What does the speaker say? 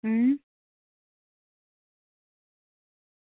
अं